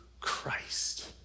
Christ